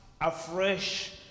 afresh